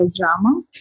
drama